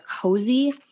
cozy